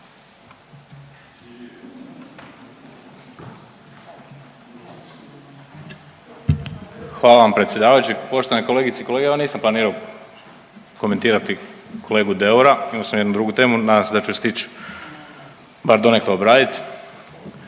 Hvala vam predsjedavajući. Poštovane kolegice i kolege evo nisam planirao komentirati kolegu Deura imao sam jednu drugu temu, nadam se da ću je stići bar donekle obraditi.